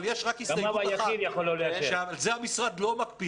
אבל יש רק הסתייגות אחת ועל זה המשרד לא מקפיד,